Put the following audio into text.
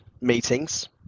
meetings